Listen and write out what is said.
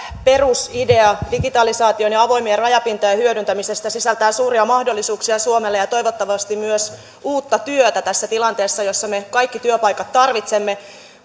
perusidea digitalisaation ja avoimien rajapintojen hyödyntämisestä sisältää suuria mahdollisuuksia suomelle ja toivottavasti myös uutta työtä tässä tilanteessa jossa me kaikki työpaikat tarvitsemme